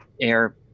air